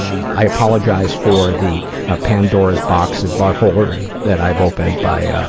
i apologize for the ah pandora's box of buttholery that i've opened by ah